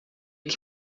que